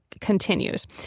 continues